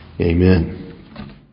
Amen